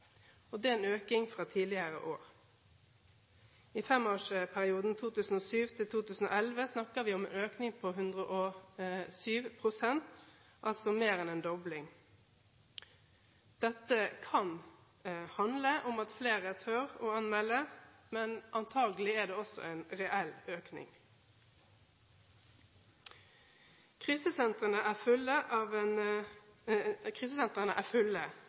familieforhold. Det er en økning fra tidligere år. I femårsperioden 2007–2011 snakker vi om en økning på 107 pst. – altså mer enn en dobling. Dette kan handle om at flere tør å anmelde, men antakelig er det også en reell økning. Krisesentrene er fulle, og en stor andel av dem som benytter seg av hjelpen de får der, er